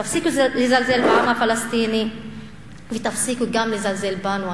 תפסיקו לזלזל בעם הפלסטיני ותפסיקו גם לזלזל בנו,